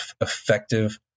effective